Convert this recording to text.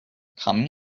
come